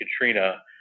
Katrina